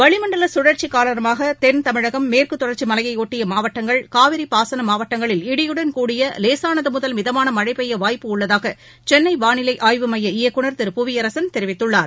வளிமண்டல சுழற்சி காரணமாக தென் தமிழகம் மேற்கு தொடர்ச்சி மலையைபொட்டி மாவட்டங்கள் காவிரி பாசன மாவட்டங்களில் இடியுடன் கூடிய லேசானது முதல் மிதமான மழை பெய்ய வாய்ப்பு உள்ளதாக சென்னை வானிலை ஆய்வு மைய இயக்குநர் திரு புவியரசன் தெரிவித்துள்ளார்